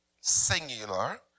singular